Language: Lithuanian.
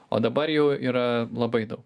o dabar jau yra labai daug